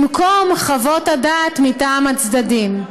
במקום חוות הדעת מטעם הצדדים.